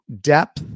depth